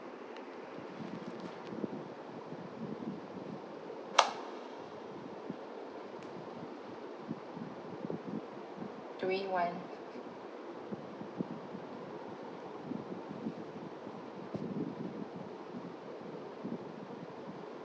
domain one